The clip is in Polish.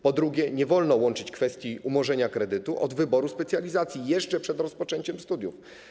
Po drugie, nie wolno łączyć kwestii umorzenia kredytu z wyborem specjalizacji jeszcze przed rozpoczęciem studiów.